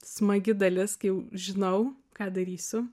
smagi dalis kai jau žinau ką darysiu